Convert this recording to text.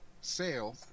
sale